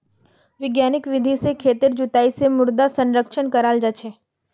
वैज्ञानिक विधि से खेतेर जुताई से मृदा संरक्षण कराल जा छे